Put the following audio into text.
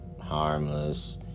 harmless